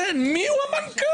כן, מיהו המנכ"ל,